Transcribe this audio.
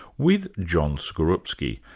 with john skorupski,